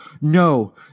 no